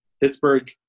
Pittsburgh